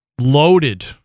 loaded